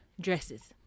dresses